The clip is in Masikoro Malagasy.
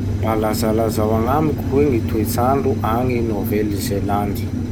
Mba lazalazao agnamiko hoe gny toetsandro agny Nouvelle-Zélande?